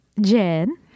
Jen